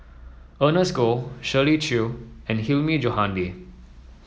Ernest Goh Shirley Chew and Hilmi Johandi